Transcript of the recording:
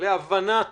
להבנת